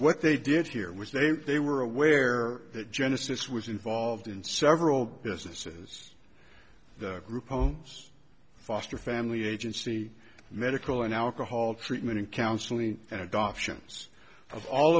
what they did here was they they were aware that genesis was involved in several businesses the group homes foster family agency medical and alcohol treatment and counseling and adoptions of all